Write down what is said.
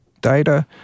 Data